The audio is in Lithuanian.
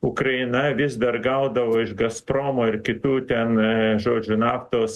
ukraina vis dar gaudavo iš gazpromo ir kitų ten žodžiu naftos